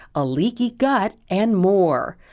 a leaky gut, and more.